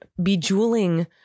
bejeweling